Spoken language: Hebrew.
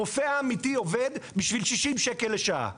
הרופא האמיתי עובד בשביל 60 שקל לשעה,